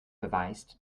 beweist